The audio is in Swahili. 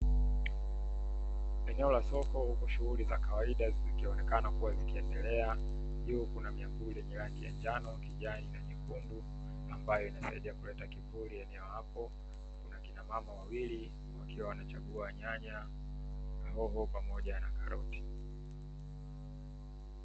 Eneo la soko huku shughuli za kawaida zikionekana kua zinaendelea. Juu kuna miamvuli yenye rangi njano, kijani na nyekundu; ambayo inasaidia kuleta kivuli eneo hapo. Na kina mama wawili wakiwa wanachagua nyanya, hoho pamoja na karoti.